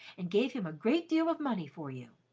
and gave him a great deal of money for you.